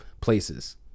places